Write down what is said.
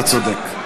אתה צודק.